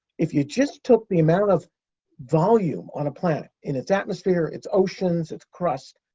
if you just took the amount of volume on a planet in its atmosphere, its oceans, its crust,